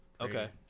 Okay